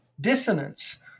dissonance